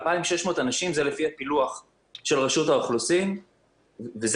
2,600 אנשים זה לפי הפילוח של רשות האוכלוסין וזהו.